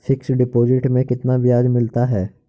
Fix deposit में कितना ब्याज मिलता है?